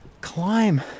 climb